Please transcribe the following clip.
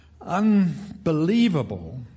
unbelievable